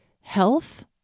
health